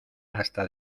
hasta